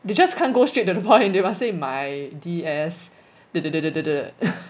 they just can't go straight to the point you must say my d s dah dah dah dah dah dah